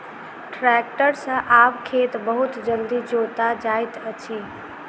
tractor सॅ आब खेत बहुत जल्दी जोता जाइत अछि